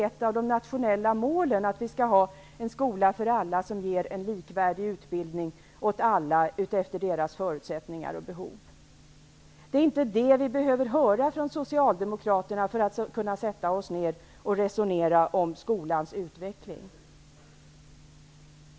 Ett av de nationella målen är att vi skall ha en skola för alla, som ger en likvärdig utbildning åt alla utifrån deras förutsättningar och behov. Det är inte det vi behöver höra av Socialdemokraterna för att kunna sätta oss ned och resonera om skolans utveckling.